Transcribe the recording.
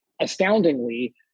astoundingly